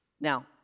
Now